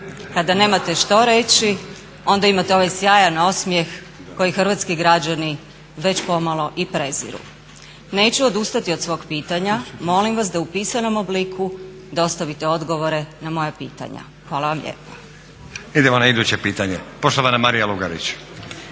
Kada nemate što reći onda imate ovaj sjajan osmijeh koji hrvatski građani već pomalo i preziru. Neću odustati od svog pitanja, molim vas da u pisanom obliku dostavite odgovore na moja pitanja. Hvala vam lijepa.